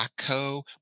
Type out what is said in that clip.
ACO